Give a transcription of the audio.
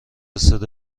صدا